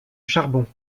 charbon